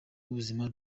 w’ubuzima